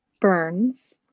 Burns